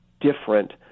different